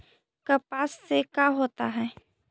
कपास से का होता है?